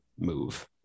move